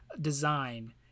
design